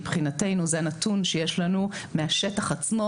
מבחינתנו זה הנתון שיש לנו מהשטח עצמו,